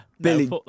Billy